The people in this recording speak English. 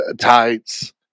tights